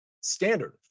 Standard